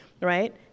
right